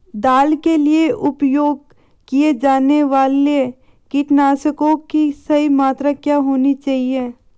दाल के लिए उपयोग किए जाने वाले कीटनाशकों की सही मात्रा क्या होनी चाहिए?